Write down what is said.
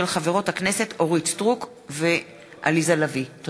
ובהצעה של חברות הכנסת אורית סטרוק ועליזה לביא בנושא: